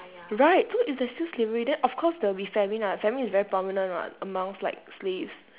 right so if there's still slavery then of course there will be famine [what] famine is very prominent [what] amongst like slaves